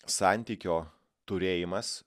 santykio turėjimas